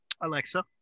Alexa